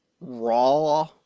raw